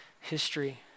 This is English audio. history